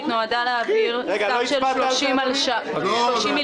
לא עמלק, פייק.